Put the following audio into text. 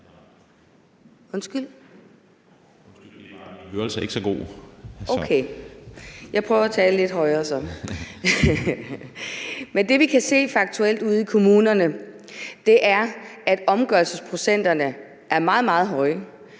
kan se faktuelt ude i kommunerne, er, at omgørelsesprocenterne er meget, meget